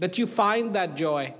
that you find that joy